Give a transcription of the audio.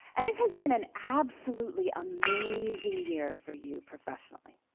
and it has been an absolutely amazing year for you professionally.